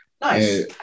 Nice